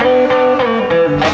oh my